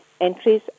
Entries